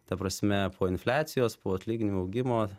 ta prasme po infliacijos po atlyginimų augimo